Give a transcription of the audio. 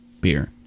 beer